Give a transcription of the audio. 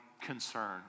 concern